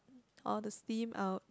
all the steam out